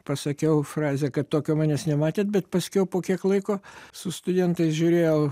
pasakiau frazę kad tokio manęs nematėt bet paskiau po kiek laiko su studentais žiūrėjau